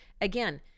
Again